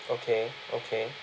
okay okay